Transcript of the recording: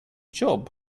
job